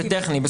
זה טכני.